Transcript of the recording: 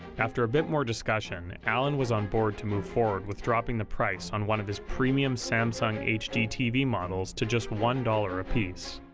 after a bit more discussion, alen was on board to move forward with dropping the price on one of his premium samsung hd tv models to just one dollars apiece,